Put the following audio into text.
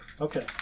Okay